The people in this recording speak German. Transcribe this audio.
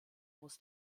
muss